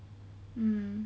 mm